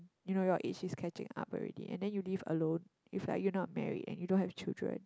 you know your age is catching up already and then you live alone if like you not married you don't have children